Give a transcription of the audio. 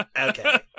Okay